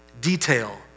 detail